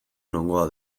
nongoa